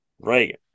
Reagan